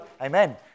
amen